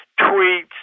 tweets